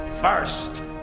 First